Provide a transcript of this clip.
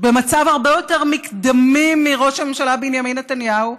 מצב הרבה יותר מקדמי מראש הממשלה בנימין נתניהו.